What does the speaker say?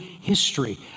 history